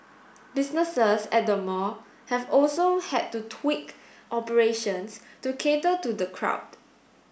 businesses at the mall have also had to tweak operations to cater to the crowd